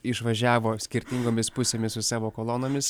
išvažiavo skirtingomis pusėmis su savo kolonomis